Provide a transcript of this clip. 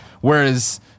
Whereas